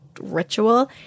ritual